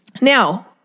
Now